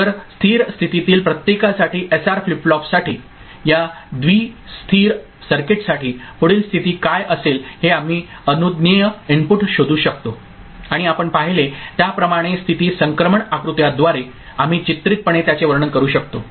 तर स्थिर स्थितीतील प्रत्येकासाठी एसआर फ्लिप फ्लॉपसाठी या द्वि स्थिर सर्किटसाठी पुढील स्थिती काय असेल हे आम्ही अनुज्ञेय इनपुट शोधू शकतो आणि आपण पाहिले त्याप्रमाणे स्थिती संक्रमण आकृत्याद्वारे आम्ही चित्रितपणे त्याचे वर्णन करू शकतो